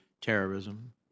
terrorism